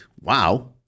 wow